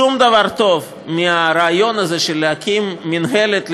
שום דבר טוב מהרעיון הזה של הקמת מינהלת,